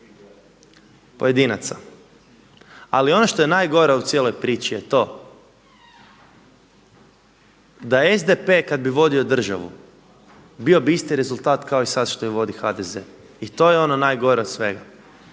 pojedinaca. Ali ono što je najgore u cijeloj priči je to da SDP kada bi vodio državu bio bi isti rezultat kao i sada što je vodi HDZ i to je ono najgore od svega.